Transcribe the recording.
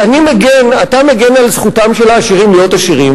אתה מגן על זכותם של העשירים להיות עשירים,